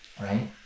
right